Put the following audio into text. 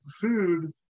food